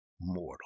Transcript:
mortal